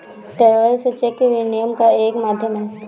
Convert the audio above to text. travellers cheque विनिमय का एक माध्यम है